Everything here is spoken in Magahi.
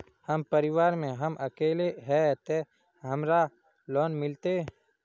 हम परिवार में हम अकेले है ते हमरा लोन मिलते?